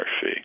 fee